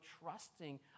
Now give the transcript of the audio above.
trusting